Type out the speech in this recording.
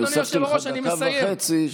אני הוספתי לך דקה וחצי,